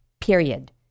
period